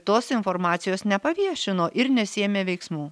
tos informacijos nepaviešino ir nesiėmė veiksmų